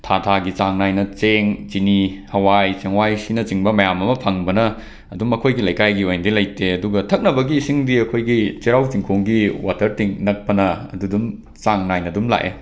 ꯊꯥ ꯊꯥꯒꯤ ꯆꯥꯡ ꯅꯥꯏꯅ ꯆꯦꯡ ꯆꯤꯅꯤ ꯍꯋꯥꯏ ꯆꯦꯡꯋꯥꯏꯁꯤꯅꯆꯤꯡꯕ ꯃꯌꯥꯝ ꯑꯃ ꯐꯪꯕꯅ ꯑꯗꯨꯝ ꯑꯩꯈꯣꯏꯒꯤ ꯂꯩꯀꯥꯏꯒꯤ ꯑꯣꯏꯅꯗꯤ ꯂꯩꯇꯦ ꯑꯗꯨꯒ ꯊꯛꯅꯕꯒꯤ ꯏꯁꯤꯡꯗꯤ ꯑꯩꯈꯣꯏꯒꯤ ꯆꯩꯔꯥꯎ ꯆꯤꯡꯈꯣꯡꯒꯤ ꯋꯥꯇꯔ ꯇꯦꯡ ꯅꯛꯄꯅ ꯑꯗꯨ ꯑꯗꯨꯝ ꯆꯥꯡ ꯅꯥꯏꯅ ꯑꯗꯨꯝ ꯂꯥꯛꯑꯦ